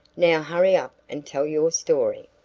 now hurry up and tell your story.